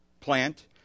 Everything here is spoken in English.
plant